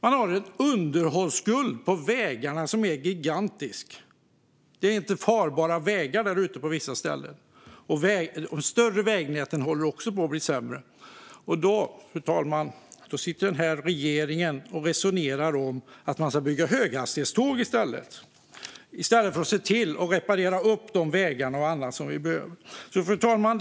Det finns en underhållsskuld på vägarna som är gigantisk. På vissa ställen där ute är vägarna inte farbara. De större vägnäten håller också på att bli sämre. Då sitter regeringen, fru talman, och resonerar om att bygga höghastighetståg. I stället borde man reparera de vägar och annat som behövs. Fru talman!